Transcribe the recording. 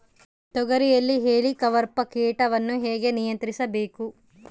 ತೋಗರಿಯಲ್ಲಿ ಹೇಲಿಕವರ್ಪ ಕೇಟವನ್ನು ಹೇಗೆ ನಿಯಂತ್ರಿಸಬೇಕು?